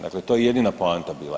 Dakle, to je jedina poanta bila.